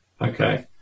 Okay